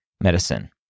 medicine